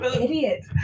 Idiot